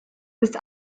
ist